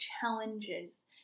challenges